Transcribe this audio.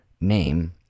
name